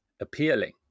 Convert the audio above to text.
appealing